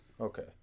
Okay